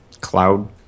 cloud